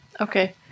Okay